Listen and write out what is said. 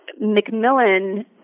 Macmillan